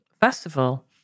festival